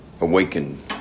awakened